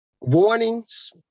Warnings